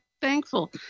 thankful